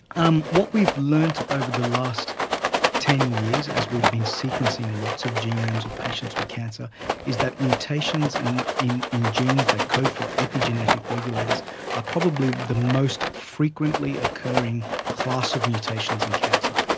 um what we've learned over the last ten years as we've been sequencing lots of genomes of patients with cancer is that mutations in in genes that code for epigenetic regulators are probably the most frequently occurring class of mutations in cancer.